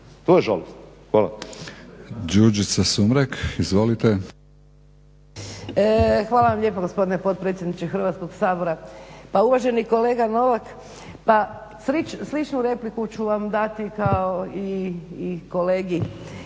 to je žalosno. Hvala.